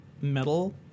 metal